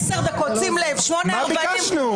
צאי, בבקשה.